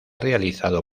realizado